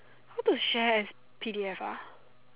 how to share as P_D_F ah